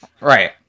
right